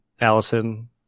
Allison